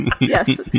Yes